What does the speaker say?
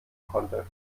konnte